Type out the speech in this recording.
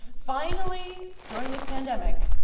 finally, during this pandemic,